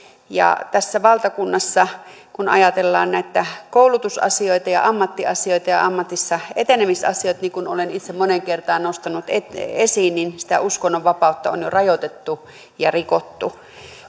ja tässä valtakunnassa kun ajatellaan näitä koulutusasioita ammattiasioita ja ammatissa etenemisen asioita niin kuin olen itse moneen kertaan nostanut esiin sitä uskonnonvapautta on jo rajoitettu ja rikottu